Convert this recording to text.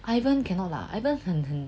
ivan cannot lah ivan